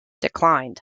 declined